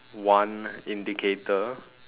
one indicator